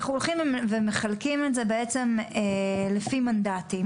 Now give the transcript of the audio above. היה מחולק לפי מנגנון